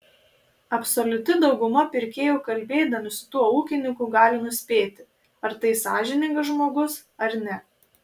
absoliuti dauguma pirkėjų kalbėdami su tuo ūkininku gali nuspėti ar tai sąžiningas žmogus ar ne